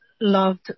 loved